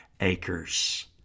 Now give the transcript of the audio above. acres